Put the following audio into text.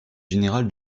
général